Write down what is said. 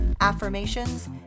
affirmations